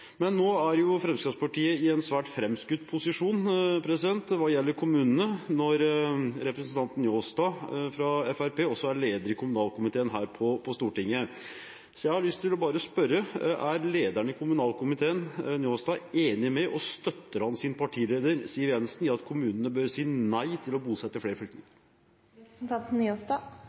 Men nå er jo Fremskrittspartiet i en svært fremskutt posisjon hva gjelder kommunene når representanten Njåstad fra Fremskrittspartiet også er leder i kommunalkomiteen her på Stortinget. Så jeg har bare lyst til å spørre: Er lederen i kommunalkomiteen, Njåstad, enig med og støtter han sin partileder Siv Jensen i at kommunene bør si nei til å bosette flere